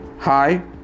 hi